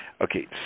Okay